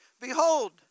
behold